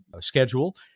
schedule